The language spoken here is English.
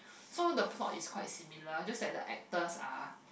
so the plot is quite similar just like a actors are